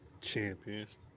champions